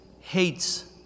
hates